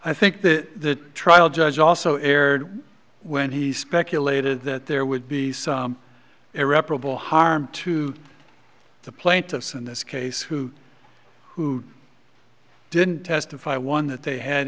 i think the trial judge also erred when he speculated that there would be some irreparable harm to the plaintiffs in this case who who didn't testify one that they had